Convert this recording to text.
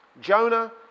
Jonah